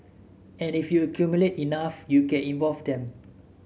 and if you accumulate enough you can evolve them